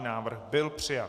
Návrh byl přijat.